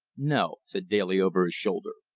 no, said daly over his shoulder.